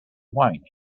whinnying